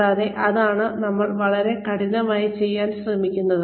കൂടാതെ അതാണ് നമ്മൾ വളരെ കഠിനമായി ചെയ്യാൻ ശ്രമിക്കുന്നത്